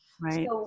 right